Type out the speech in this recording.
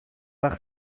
par